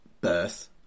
birth